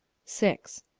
six.